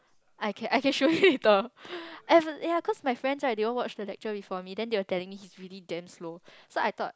I can I can show you later cause my friends right they all watch the lecture before me then they were telling me he is really damn slow so I thought